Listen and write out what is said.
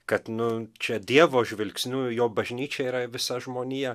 kad nu čia dievo žvilgsniu jo bažnyčia yra visa žmonija